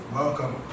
welcome